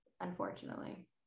unfortunately